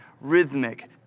rhythmic